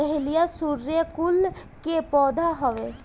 dahlia सूर्यकुल के पौधा हवे